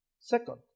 Second